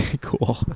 Cool